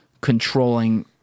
controlling